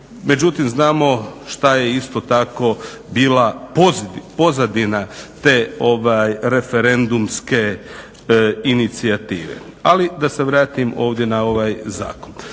Međutim znamo što je isto tako bila pozadina te referendumske inicijative. Ali da se vratim ovdje na ovaj zakon.